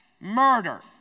murder